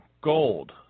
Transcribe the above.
gold